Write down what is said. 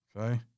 Okay